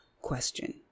question